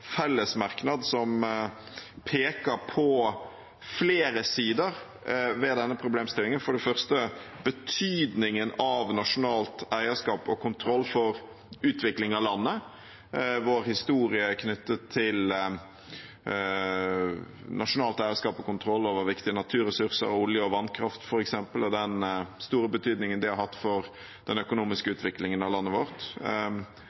fellesmerknad som peker på flere sider med denne problemstillingen: For det første betydningen av nasjonalt eierskap og kontroll for utvikling av landet, vår historie knyttet til nasjonalt eierskap og kontroll over viktige naturressurser, olje og vannkraft, f.eks., og den store betydningen det har hatt for den økonomiske